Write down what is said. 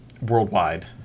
worldwide